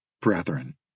brethren